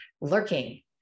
lurking